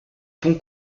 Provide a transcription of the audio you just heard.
ponts